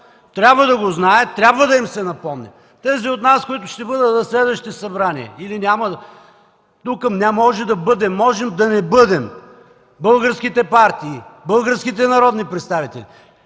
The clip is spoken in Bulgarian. трябва да го знаят, трябва да им се напомня. Тези от нас, които ще бъдат в следващите събрания или няма да бъдат. Тука можем да бъдем, можем да не бъдем българските партии, българските народни представители